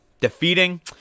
defeating